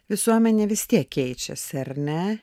visuomenė vis tiek keičiasi ar ne